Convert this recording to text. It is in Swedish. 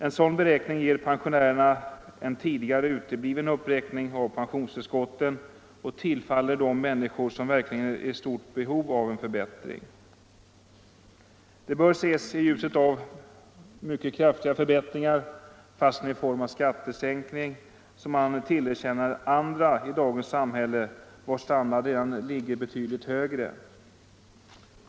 En sådan beräkning ger pensionärerna en tidigare utebliven uppräkning av pensionstillskotten och ger en förbättring åt de människor som verkligen är i stort behov därav. Den bör ses i ljuset av mycket kraftigare förbättringar — fastän i form av skattesänkning — som man tillerkänner andra i dagens samhälle vars standard redan ligger betydligt högre.